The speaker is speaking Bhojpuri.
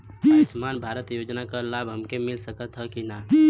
आयुष्मान भारत योजना क लाभ हमके मिल सकत ह कि ना?